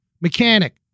mechanic